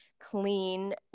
clean